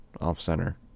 off-center